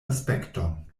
aspekton